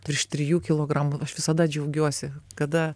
virš trijų kilogramų aš visada džiaugiuosi kada